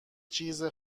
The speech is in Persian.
چیز